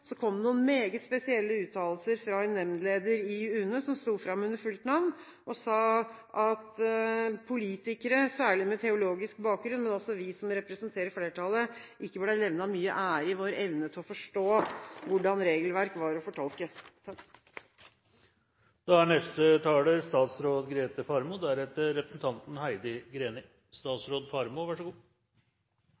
Så sent som i ettermiddag kom det på lokalradioen noen meget spesielle uttalelser fra en nemndleder i UNE som sto fram under fullt navn: Politikere – særlig med teologisk bakgrunn, men også de som representerer flertallet – ble ikke levnet mye ære i sin evne til å forstå hvordan regelverk var å fortolke. Det er